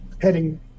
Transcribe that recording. heading